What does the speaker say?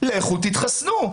לכו תתחסנו.